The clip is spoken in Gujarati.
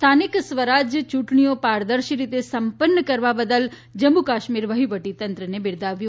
સ્થાનિક સ્વરાજ ચૂંટણીઓ પારદર્શી રીતે સંપન્ન કરવા બદલ જમ્મુ કાશ્મીર વહીવટીતંત્રને બિરદાવ્યું